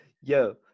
Yo